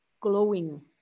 glowing